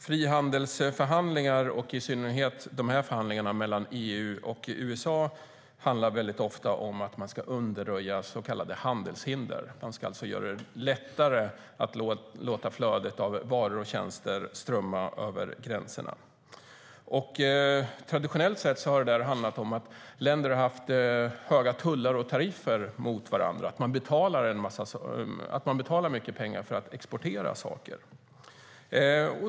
Frihandelsförhandlingar, och i synnerhet dessa förhandlingar mellan EU och USA, handlar ofta om att undanröja så kallade handelshinder. Man ska alltså göra det lättare att låta flödet av varor och tjänster strömma över gränserna. Traditionellt sett har det handlat om att länder har haft höga tullar och tariffer mot varandra, det vill säga att man betalar mycket pengar för att exportera saker.